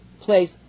place